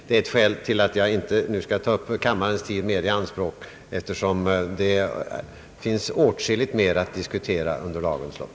Det är ett skäl till att jag nu inte ytterligare skall ta upp kammarens tid, eftersom det finns åtskilligt mer att diskutera under dagens lopp.